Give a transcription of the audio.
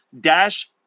dash